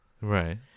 right